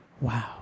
Wow